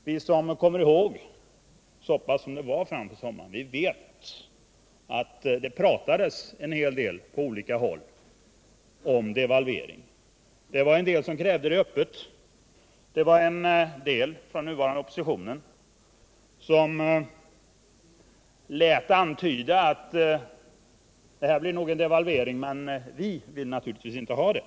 Vi som kommer ihåg den soppa av uttalanden som gjordes på sommaren förra året vet, att det pratades en hel del på olika håll om delvalvering. En del krävde öppet en devalvering. En del från den nuvarande oppositionen lät antyda att det skulle bli en devalvering, men att de inte ville ha en sådan.